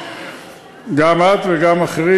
שגם את וגם אחרים,